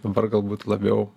dabar galbūt labiau